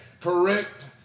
Correct